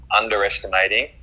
underestimating